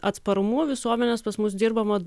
atsparumu visuomenės pas mus dirbama